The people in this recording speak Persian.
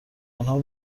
آنها